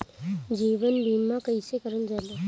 जीवन बीमा कईसे करल जाला?